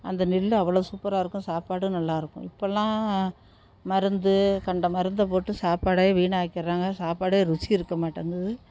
அந்த நெல்லு அவ்வளோ சூப்பராக இருக்கும் சாப்பாடும் நல்லா இருக்கும் இப்போலாம் மருந்து கண்ட மருந்த போட்டு சாப்பாடே வீணாக்கிர்றாங்க சாப்பாடே ருசி இருக்கமாட்டங்கிது